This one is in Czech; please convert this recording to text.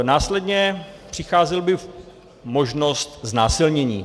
Následně by přicházela možnost znásilnění.